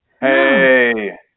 Hey